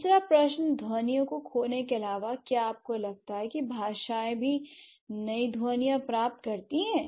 तीसरा प्रश्न ध्वनियों को खोने के अलावा क्या आपको लगता है कि भाषाएँ भी नई ध्वनियाँ प्राप्त करती हैं